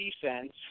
defense